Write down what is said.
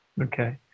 okay